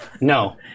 No